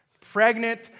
Pregnant